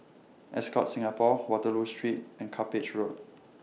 Ascott Singapore Waterloo Street and Cuppage Road